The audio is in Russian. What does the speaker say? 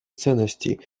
ценностей